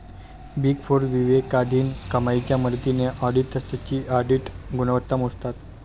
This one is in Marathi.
बिग फोर विवेकाधीन कमाईच्या मदतीने ऑडिटर्सची ऑडिट गुणवत्ता मोजतात